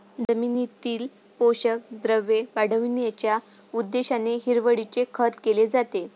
जमिनीतील पोषक द्रव्ये वाढविण्याच्या उद्देशाने हिरवळीचे खत केले जाते